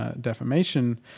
defamation